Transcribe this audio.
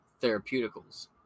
Therapeutics